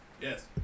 yes